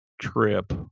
trip